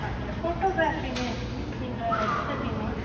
அப்படியா ஃபோட்டோகிராஃபினா எப்படி நீங்கள் எடுத்து தருவீங்களா